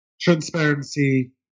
transparency